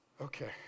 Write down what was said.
Okay